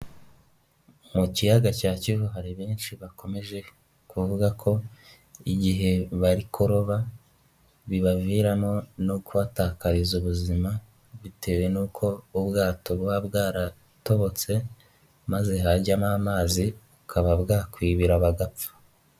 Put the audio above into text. Mu kiyaga cya Kivu hari benshi bakomeje kuvuga ko igihe bari kuroba bibaviramo no kuhatakariza ubuzima, bitewe n'uko ubwato buba bwaratobotse maze hajya mo amazi bukaba bwakwibira bugapfa.